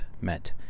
met